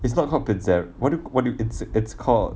it's not called pizzaria what do you what do you it's it's called